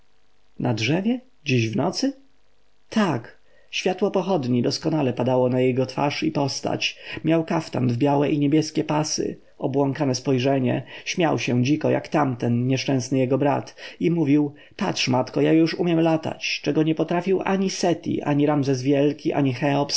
na drzewie dziś w nocy tak światło pochodni doskonale padało na jego twarz i postać miał kaftan w białe i niebieskie pasy obłąkane spojrzenie śmiał się dziko jak tamten nieszczęsny jego brat i mówił patrz matko ja już umiem latać czego nie potrafił ani seti ani ramzes wielki ani